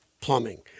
plumbing